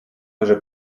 уже